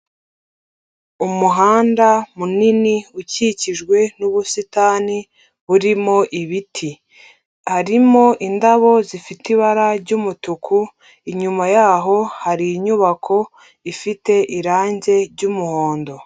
Umuhanda munini ukikijwe n'ubusitani burimo ibiti, harimo indabo zifite ibara ry'umutuku, inyuma yaho hari inyubako ifite irangi ry'umuhondo.